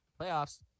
Playoffs